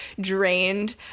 drained